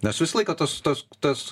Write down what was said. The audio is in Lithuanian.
nes visą laiką tas tas tas